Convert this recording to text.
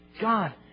God